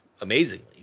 amazingly